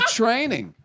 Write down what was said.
training